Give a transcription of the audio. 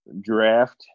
draft